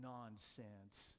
Nonsense